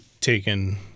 taken